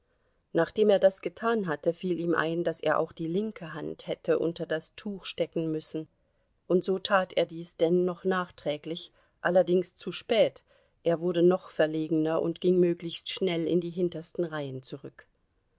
nachdem er das getan hatte fiel ihm ein daß er auch die linke hand hätte unter das tuch stecken müssen und so tat er dies denn noch nachträglich allerdings zu spät er wurde noch verlegener und ging möglichst schnell in die hintersten reihen zurück